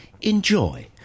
enjoy